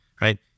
right